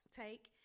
take